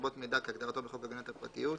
לרבות מידע כהגדרתו בחוק הגנת הפרטיות,